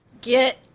Get